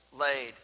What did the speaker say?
laid